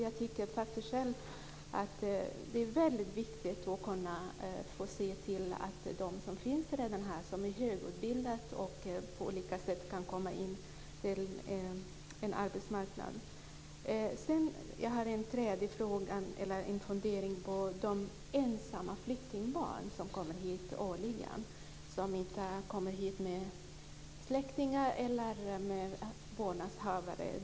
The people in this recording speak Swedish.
Jag tycker själv att det är väldigt viktigt att se till att de som redan finns här och som är högutbildade på olika sätt kan komma in på arbetsmarknaden. Jag har en tredje fundering om de ensamma flyktingbarn som kommer hit årligen, som inte kommer hit med släktingar eller med vårdnadshavare.